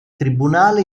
tribunale